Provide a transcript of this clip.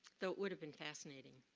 though it would have been fascinating.